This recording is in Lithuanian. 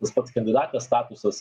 tas pats kandidatės statusas